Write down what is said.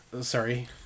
Sorry